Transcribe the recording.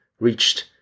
reached